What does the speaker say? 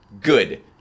Good